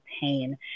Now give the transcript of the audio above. pain